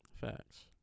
Facts